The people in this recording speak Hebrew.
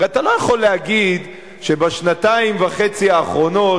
הרי אתה לא יכול להגיד שבשנתיים וחצי האחרונות,